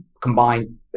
combine